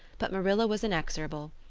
but marilla was inexorable.